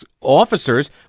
officers